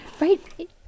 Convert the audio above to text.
Right